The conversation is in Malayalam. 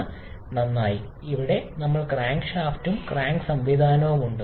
നമ്മൾക്ക് ഇവിടെ ക്രാങ്ക്ഷാഫ്റ്റും ക്രാങ്ക് സംവിധാനവുമുണ്ട്